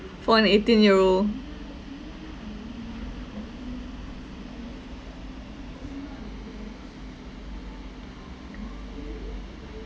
for an eighteen year old